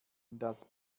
das